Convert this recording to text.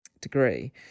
degree